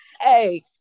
Hey